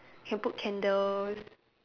can put candles